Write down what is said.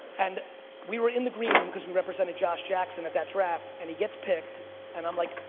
and we were in the green room cause we represented josh jackson at that draft and he gets picked and i'm like,